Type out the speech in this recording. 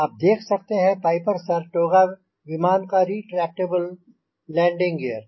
आप देख सकते हैं पाइपर सैरटोगा विमान का रेट्रैक्टबल लैंडिंग ग़ीयर